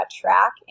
track